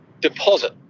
Deposit